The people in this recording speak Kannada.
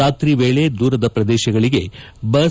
ರಾತ್ರಿ ವೇಳೆ ದೂರದ ಪ್ರದೇಶಗಳಿಗೆ ಬಸ್